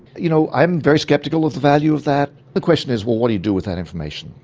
you know, i am very sceptical of the value of that. the question is, well, what do you do with that information?